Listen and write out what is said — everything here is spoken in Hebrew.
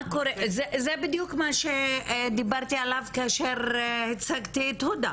שבדיוק דיברתי עליו כאשר הצגתי את הודא.